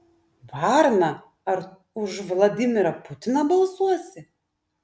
varna ar už vladimirą putiną balsuosi